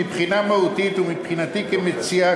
מבחינה מהותית ומבחינתי כמציע,